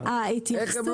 עד כאן אני צודק?